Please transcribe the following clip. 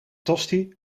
tosti